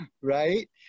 right